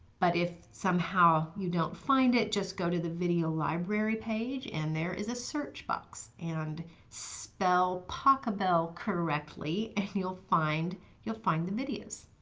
but if somehow you don't find it just go to the video library page and there is a search box and spell pachelbel correctly and you'll find you'll find the videos.